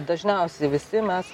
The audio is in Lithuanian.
dažniausiai visi mes